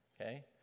okay